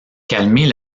calmer